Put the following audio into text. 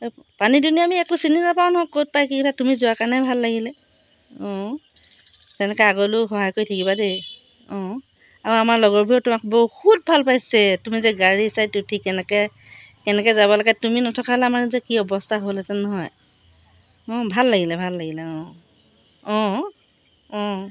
পানী দুনি আমি একো চিনি নাপাওঁ নহয় ক'ত পাই কি কথা তুমি যোৱাৰ কাৰণে ভাল লাগিলে অঁ তেনেকৈ আগলৈও সহায় কৰি থাকিবা দেই অঁ আৰু আমাৰ লগৰবোৰেও তোমাক বহুত ভাল পাইছে তুমি যে গাড়ী চাৰিত উঠি কেনেকৈ কেনেকৈ যাব লাগে তুমি নথকা হ'লে আমাৰ যে কি অৱস্থা হ'লহেঁতেন নহয় অঁ ভাল লাগিলে ভাল লাগিলে অঁ অঁ অঁ